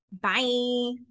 bye